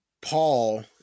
Paul